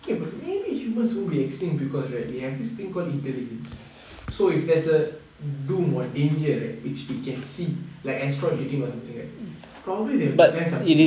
okay but maybe humans won't be extinct because right we have this thing called intelligence so if there's a doom or danger right which we can see like asteroid hitting on something right probably they will plan something